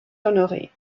honoré